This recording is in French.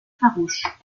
farouche